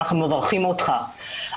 אנחנו מברכים אותך.